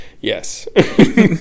Yes